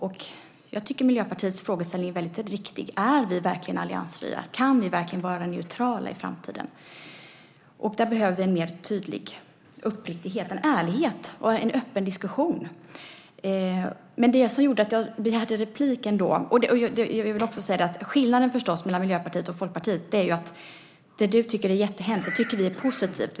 Och jag tycker att Miljöpartiets frågeställning är riktig: Är vi verkligen alliansfria? Kan vi verkligen vara neutrala i framtiden? Där behöver vi en mer tydlig uppriktighet, en ärlighet och en öppen diskussion. Jag vill också säga att skillnaden mellan Miljöpartiet och Folkpartiet förstås är att det som du tycker är jättehemskt tycker vi är positivt.